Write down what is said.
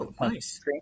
nice